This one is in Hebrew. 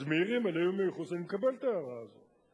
אז מעירים על איום הייחוס, אני מקבל את ההערה הזו,